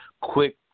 quick